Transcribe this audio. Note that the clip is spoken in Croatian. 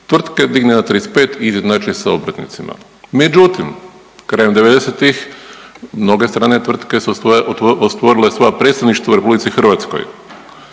tvrtke digne na 35 i izjednače sa obrtnicima. Međutim, krajem '90.-tih mnoge strane tvrtke su stvorile svoja predstavništva u RH, preko